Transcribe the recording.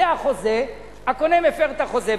זה החוזה, הקונה מפר את החוזה.